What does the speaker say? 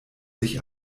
sich